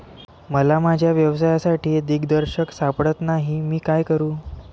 मला माझ्या व्यवसायासाठी दिग्दर्शक सापडत नाही मी काय करू?